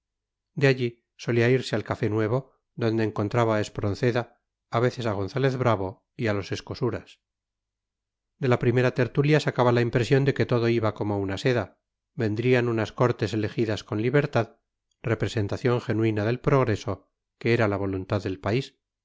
de allí solía irse al café nuevo donde encontraba a espronceda a veces a gonzález bravo y a los escosuras de la primera tertulia sacaba la impresión de que todo iba como una seda vendrían unas cortes elegidas con libertad representación genuina del progreso que era la voluntad del país